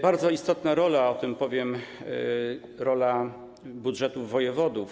Bardzo istotną rolą, o tym powiem, jest rola budżetów wojewodów.